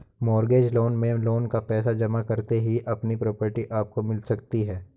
mortgage loan में loan का पैसा जमा करते ही अपनी प्रॉपर्टी आपको मिल सकती है